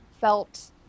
felt